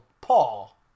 Paul